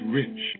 rich